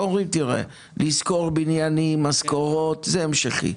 לשכור בניינים, משכורות זה המשכי.